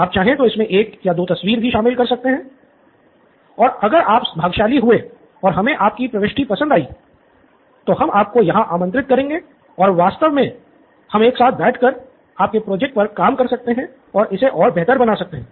आप चाहे तो इसमे एक या दो तस्वीर भी शामिल कर सकते हैं और अगर आप भाग्यशाली हुए और हमे आपकी प्रविष्टि पसंद आई तो हम आपको यहाँ आमंत्रित करेंगे और वास्तव में हम एक साथ बैठ कर आपके प्रोजेक्ट पर काम कर सकते हैं और इसे और बेहतर बना सकते हैं